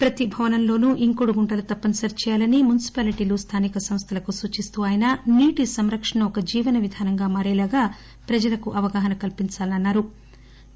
ప్రతి భవన్లోనూ ఇంకుడు గుంటలు తప్పనిసరి చేయాలని మున్పిపాలిటీలు స్టానిక సంస్థలకు సూచిస్తూ ఆయన నీటి సంరక్షణ ఒక జీవన విధానంగా మారే లాగా ప్రజలకు అవగాహన కల్పించాలని అన్నారు